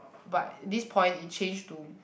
but this point it change to